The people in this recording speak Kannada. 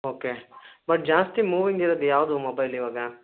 ಓಕೆ ಬಟ್ ಜಾಸ್ತಿ ಮೂವಿಂಗ್ ಇರೋದ್ ಯಾವುದು ಮೊಬೈಲ್ ಇವಾಗ